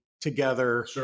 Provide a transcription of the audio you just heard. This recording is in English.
together